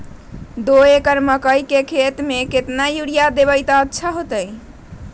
दो एकड़ मकई के खेती म केतना यूरिया देब त अच्छा होतई?